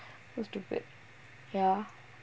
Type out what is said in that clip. so stupid ya